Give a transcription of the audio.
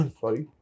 sorry